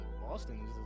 Boston